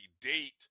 date